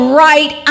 right